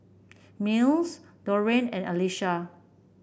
Mills Dorian and Alesha